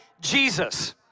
Jesus